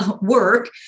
work